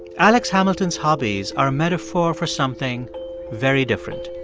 alex hamilton's hobbies are a metaphor for something very different.